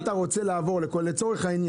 מי מהחברות יציע את הדיל הכי טוב.